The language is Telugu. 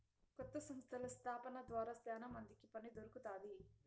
కొత్త సంస్థల స్థాపన ద్వారా శ్యానా మందికి పని దొరుకుతాది